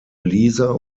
lisa